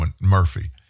Murphy